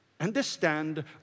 Understand